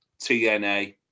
TNA